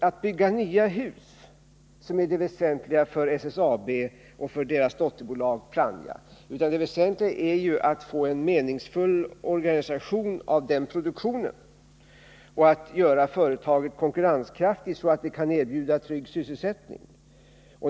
Att bygga nya hus är ju inte det väsentliga för SSAB och dess dotterbolag Plannja, utan det är att få en meningsfull organisation av produktionen och att göra företaget konkurrenskraftigt så att det kan erbjuda trygg sysselsättning.